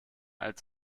als